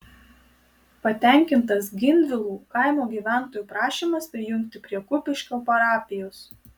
patenkintas gindvilų kaimo gyventojų prašymas prijungti prie kupiškio parapijos